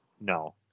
No